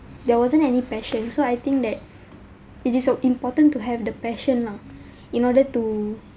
there wasn't any passion so I think that it is so important to have the passion lah in order to